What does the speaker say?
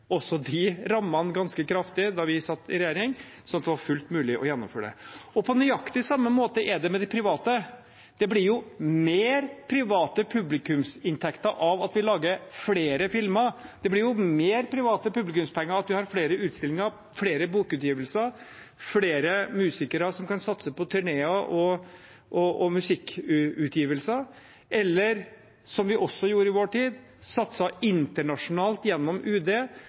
også de rammene ganske kraftig da vi satt i regjering, slik at det var fullt mulig å gjennomføre det. På nøyaktig samme måte er det med de private. Det blir mer private publikumsinntekter av at vi lager flere filmer. Det blir mer private publikumspenger av at vi har flere utstillinger, flere bokutgivelser, flere musikere som kan satse på turneer og musikkutgivelser, eller – som vi også gjorde i vår tid – satser internasjonalt gjennom UD